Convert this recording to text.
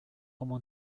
como